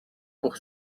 pour